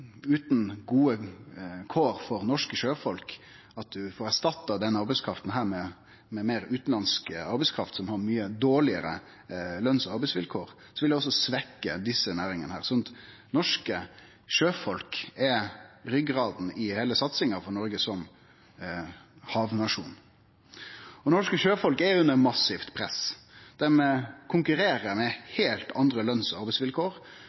Utan gode kår for norske sjøfolk – at ein får erstatta denne arbeidskrafta med meir utanlandsk arbeidskraft som har mykje dårlegare løns- og arbeidsvilkår – vil desse næringane bli svekte. Norske sjøfolk er ryggrada i heile satsinga for Noreg som havnasjon. Norske sjøfolk er under massivt press. Dei konkurrerer under heilt andre løns- og arbeidsvilkår,